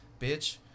bitch